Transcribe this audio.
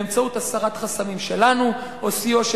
באמצעות הסרת חסמים שלנו או סיוע של